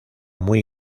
muy